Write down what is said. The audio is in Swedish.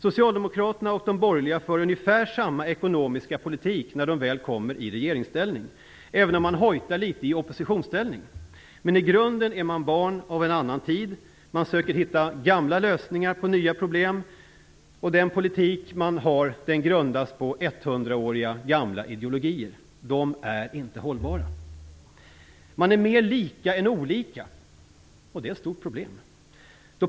Socialdemokraterna och de borgerliga för ungefär samma ekonomiska politik när de väl kommer i regeringsställning, även om man hojtar litet i oppositionsställning. I grunden är man barn av en annan tid. Man söker hitta gamla lösningar på nya problem, och den politik som man för grundas på hundra år gamla ideologier. De är inte hållbara. Vänstern och högern är mer lika än olika. Det är ett stort problem.